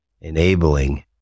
enabling